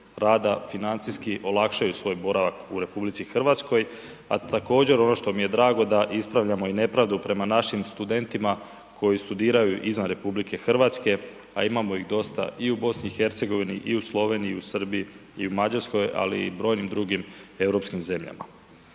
rada financijski olakšaju svoj boravak u RH, a također ono što mi je drago da ispravljamo i nepravdu prema našim studentima koji studiraju izvan RH, a imamo ih dosta i u BiH, i u Sloveniji, i u Srbiji i u Mađarskoj, ali i u brojim drugim europskim zemljama.